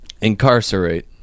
Incarcerate